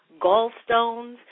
gallstones